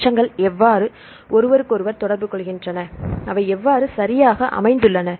எச்சங்கள் எவ்வாறு ஒருவருக்கொருவர் தொடர்பு கொள்கின்றன அவை எவ்வாறு சரியாக அமைந்துள்ளன